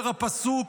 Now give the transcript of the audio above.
אומר הפסוק: